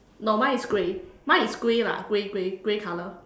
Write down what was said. no mine is grey mine is grey lah grey grey grey colour